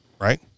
Right